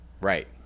Right